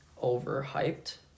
overhyped